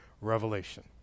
revelation